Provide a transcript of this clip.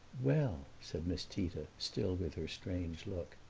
well! said miss tita, still with her strange look.